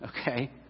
okay